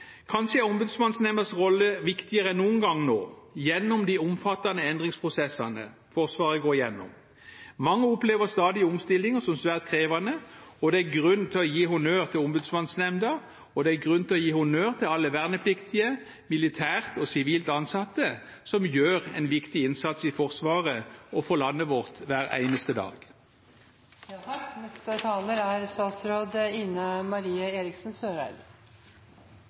Kanskje er Ombudsmannsnemndas rolle viktigere enn noen gang nå – gjennom de omfattende endringsprosessene Forsvaret går igjennom. Mange opplever stadige omstillinger som svært krevende. Det er grunn til å gi honnør til Ombudsmannsnemnda, og det er grunn til å gi honnør til alle vernepliktige og militært og sivilt ansatte, som gjør en viktig innsats i Forsvaret og for landet vårt hver eneste dag.